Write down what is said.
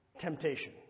temptation